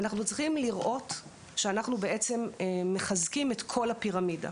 אנחנו צריכים לראות שאנחנו בעצם מחזקים את כל הפירמידה,